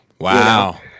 Wow